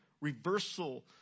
reversal